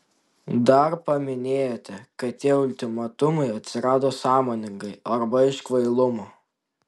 dar paminėjote kad tie ultimatumai atsirado sąmoningai arba iš kvailumo